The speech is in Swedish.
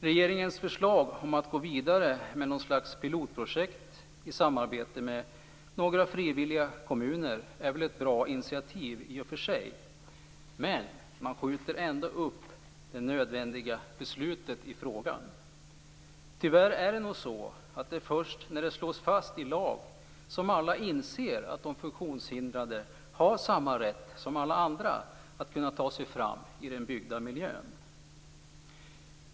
Regeringens förslag om att gå vidare i något slags pilotprojekt i samarbete med några frivilliga kommuner är i och för sig ett bra initiativ. Men man skjuter ändå upp det nödvändiga beslutet i frågan. Tyvärr är det så att det är först när det slås fast i lag som alla inser att de funktionshindrade har samma rätt som alla andra att ta sig fram i den byggda miljön.